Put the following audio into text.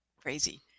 crazy